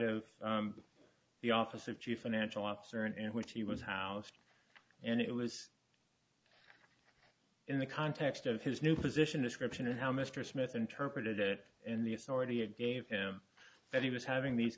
of the office of chief financial officer in which he was housed and it was in the context of his new position description and how mr smith interpreted it and the authority it gave him that he was having these